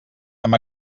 amb